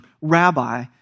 rabbi